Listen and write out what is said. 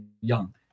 young